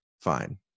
fine